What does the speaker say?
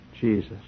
Jesus